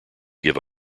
give